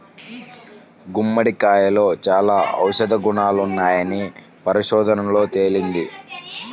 గుమ్మడికాయలో చాలా ఔషధ గుణాలున్నాయని పరిశోధనల్లో తేలింది